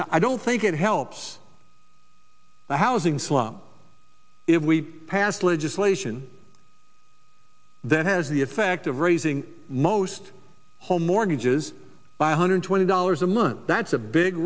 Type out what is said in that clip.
now i don't think it helps the housing slump if we pass legislation that has the effect of raising most home mortgages by one hundred twenty dollars a month that's a big